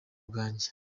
bwanjye